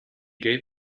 gave